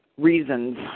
reasons